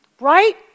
Right